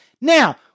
now